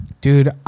dude